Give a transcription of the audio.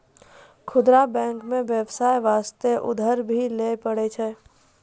खुदरा बैंक मे बेबसाय बास्ते उधर भी लै पारै छै